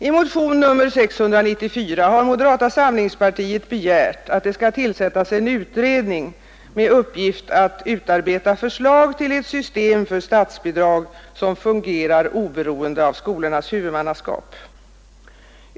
I motionen 694 har moderata samlingspartiet begärt att det skall tillsättas en utredning med uppgift att utarbeta förslag till ett system för statsbidrag som fungerar oberoende av skolornas huvudmannaskap.